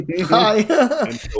Hi